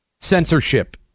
censorship